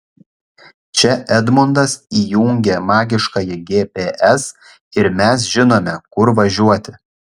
čia edmundas įjungia magiškąjį gps ir mes žinome kur važiuoti